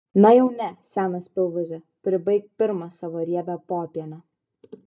na jau ne senas pilvūze pribaik pirma savo riebią popienę